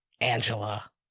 Angela